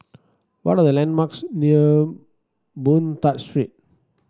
what are the landmarks near Boon Tat Street